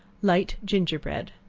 light ginger bread.